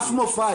אף מופע,